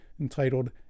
entitled